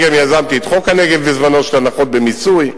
אני גם יזמתי את חוק הנגב בזמנו, הנחות במיסוי,